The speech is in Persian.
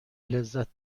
لذت